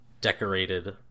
decorated